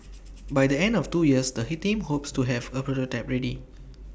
by the end of two years the hit team hopes to have A prototype ready